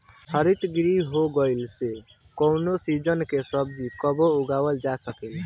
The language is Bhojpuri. हरितगृह हो गईला से कवनो सीजन के सब्जी कबो उगावल जा सकेला